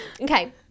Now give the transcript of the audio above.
Okay